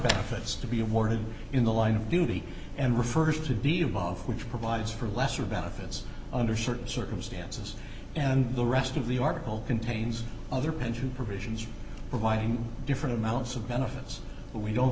benefits to be awarded in the line of duty and refers to the above which provides for lesser benefits under certain circumstances and the rest of the article contains other pension provisions providing different amounts of benefits we don't